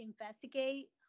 investigate